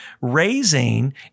raising